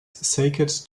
sacred